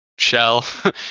shell